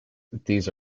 these